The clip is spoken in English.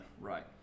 Right